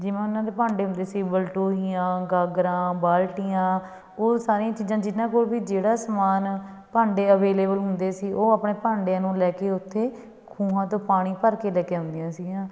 ਜਿਵੇਂ ਉਨ੍ਹਾਂ ਦੇ ਭਾਂਡੇ ਹੁੰਦੇ ਸੀ ਵਲਟੋਹੀਆਂ ਗਾਗਰਾਂ ਬਾਲਟੀਆਂ ਉਹ ਸਾਰੀਆਂ ਚੀਜ਼ਾਂ ਜਿਹਨਾਂ ਕੋਲ ਵੀ ਜਿਹੜਾ ਸਮਾਨ ਭਾਂਡੇ ਅਵੇਲੇਬਲ ਹੁੰਦੇ ਸੀ ਉਹ ਆਪਣੇ ਭਾਂਡਿਆਂ ਨੂੰ ਲੈ ਕੇ ਉੱਥੇ ਖੂਹਾਂ ਤੋਂ ਪਾਣੀ ਭਰ ਕੇ ਲੈ ਕੇ ਆਉਂਦੀਆਂ ਸੀਗੀਆਂ